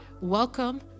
Welcome